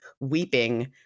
weeping